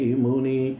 muni